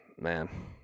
Man